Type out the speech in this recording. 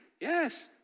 Yes